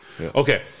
Okay